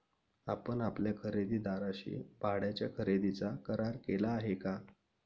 आपण आपल्या खरेदीदाराशी भाड्याच्या खरेदीचा करार केला आहे का?